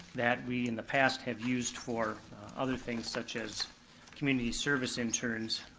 that we in the past have used for other things such as community service interns,